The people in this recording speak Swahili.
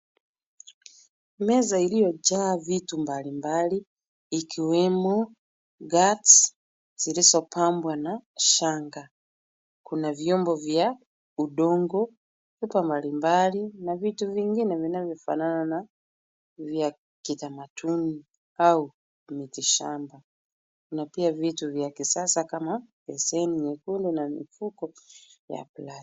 Meza iliyojaa vitu mbalimbali ikiwemo ghats zilizopambwa na shanga. Kuna vyombo vya udongo, pipa mbalimbali, na vitu vingine vinavyofanana na vya kitamaduni au miti shamba. Kuna pia vitu vya kisasa kama besheni nyekundu na mifuko ya plastiki.